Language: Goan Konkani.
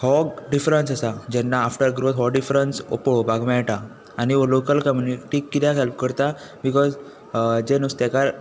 हो डिफरन्स आसा जेन्ना आफ्टर ग्रोथ हो डिफरन्स पळोवपाक मेळटा आनी हो लोकल कम्युनिटीक किऱ्याक हॅप्ल करता बिकॉज जे नुस्तेकार